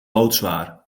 loodzwaar